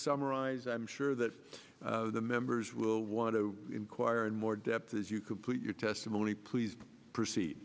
summarize i'm sure that the members will want to inquire and more depth as you complete your testimony please proceed